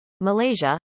Malaysia